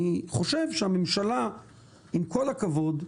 אני חושב שהממשלה עם כל הכבוד,